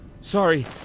Sorry